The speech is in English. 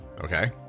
okay